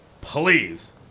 Please